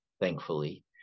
thankfully